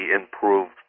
improved